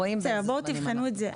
בסדר, בואו תבחנו את זה.